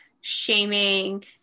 shaming